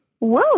Whoa